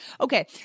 Okay